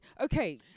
Okay